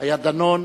היה דנון.